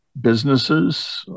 businesses